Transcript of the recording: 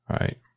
right